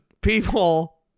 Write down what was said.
people